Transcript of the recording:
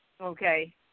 Okay